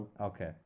Okay